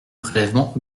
prélèvement